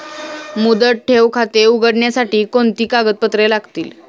मुदत ठेव खाते उघडण्यासाठी कोणती कागदपत्रे लागतील?